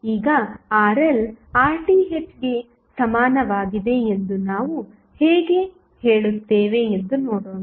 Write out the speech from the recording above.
ಈಗ RL RThಗೆ ಸಮಾನವಾಗಿದೆ ಎಂದು ನಾವು ಹೇಗೆ ಹೇಳುತ್ತೇವೆ ಎಂದು ನೋಡೋಣ